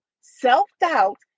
self-doubt